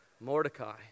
Mordecai